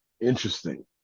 Interesting